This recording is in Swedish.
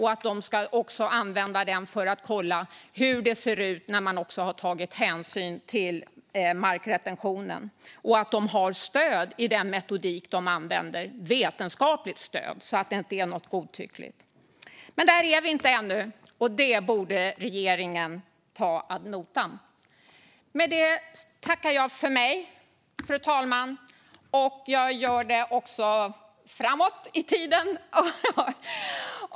De ska använda den för att kolla hur det ser ut när det har tagits hänsyn till markretentionen. De ska också ha vetenskapligt stöd i den metodik de använder så att det inte blir godtyckligt. Men där är vi inte ännu. Det borde regeringen ta ad notam. Fru talman! Med det tackar jag för mig, även framåt.